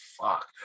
fuck